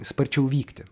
sparčiau vykti